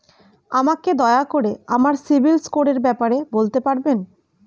আমাকে দয়া করে আমার সিবিল স্কোরের ব্যাপারে বলতে পারবেন?